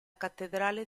cattedrale